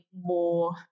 more